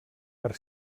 per